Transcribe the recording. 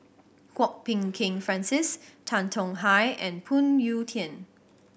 Kwok Peng Kin Francis Tan Tong Hye and Phoon Yew Tien